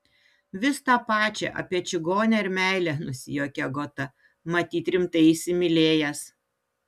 vis tą pačią apie čigonę ir meilę nusijuokė agota matyt rimtai įsimylėjęs